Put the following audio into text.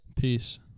Peace